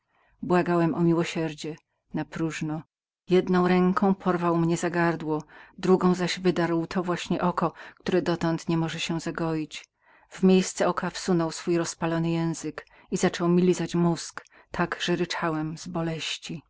błagałem o miłosierdzie ale napróżno jedną ręką porwał mnie za gardło drugą zaś wydarł to właśnie oko które dotąd nie może się zagoić w miejsce oka wsunął swój język rozpalony zaczął mi lizać mózg tak że ryczałem z boleści